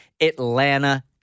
Atlanta